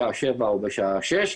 בשעה שבע או בשעה שש,